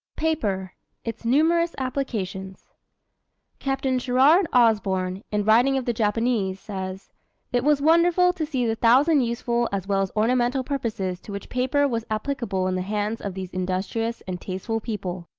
paper its numerous applications captain sherard osborn, in writing of the japanese, says it was wonderful to see the thousand useful as well as ornamental purposes to which paper was applicable in the hands of these industrious and tasteful people.